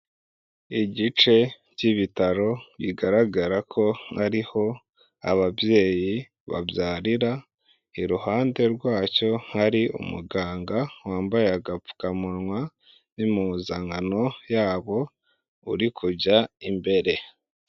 Igice by'ibitaro bigaragara ko ariho ababyeyi babyarira, iruhande rwacyo hari umuganga wambaye agapfukamunwa n'impuzankano yabo uri kujya imbere.